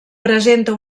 presenta